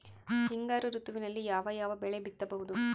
ಹಿಂಗಾರು ಋತುವಿನಲ್ಲಿ ಯಾವ ಯಾವ ಬೆಳೆ ಬಿತ್ತಬಹುದು?